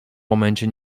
momencie